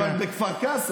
אבל בכפר קאסם,